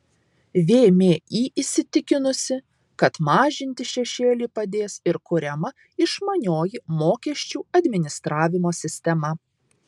vmi įsitikinusi kad mažinti šešėlį padės ir kuriama išmanioji mokesčių administravimo sistema